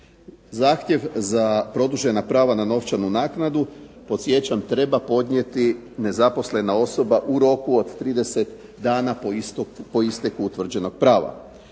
Zahtjev za produžena prava na novčanu naknadu, podsjećam treba podnijeti nezaposlena osoba u roku od 30 dana po isteku utvrđenog prava.